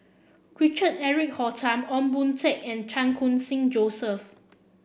Richard Eric Holttum Ong Boon Tat and Chan Khun Sing Joseph